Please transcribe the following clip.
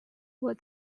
was